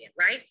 right